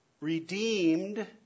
redeemed